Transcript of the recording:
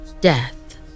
Death